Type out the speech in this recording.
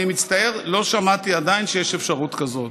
אני מצטער, לא שמעתי עדיין שיש אפשרות כזאת.